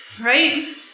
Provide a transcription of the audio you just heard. right